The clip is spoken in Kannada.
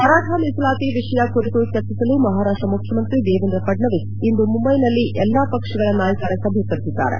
ಮರಾಠಾ ಮೀಸಲಾತಿ ವಿಷಯ ಕುರಿತು ಚರ್ಚಿಸಲು ಮಪಾರಾಷ್ವ ಮುಖ್ಯಮಂತ್ರಿ ದೇವೇಂದ್ರ ಫಡ್ನವೀಸ್ ಇಂದು ಮುಂಬೈನಲ್ಲಿ ಎಲ್ಲ ಪಕ್ಷಗಳ ನಾಯಕರ ಸಭೆ ಕರೆದಿದ್ದಾರೆ